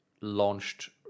launched